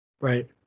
Right